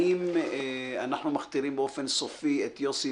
האם אנחנו מכתירים באופן סופי את יוסי